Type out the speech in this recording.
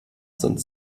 sind